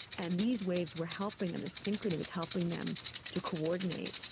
and these waves were helping them, the synchrony was helping them to coordinate.